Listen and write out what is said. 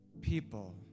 people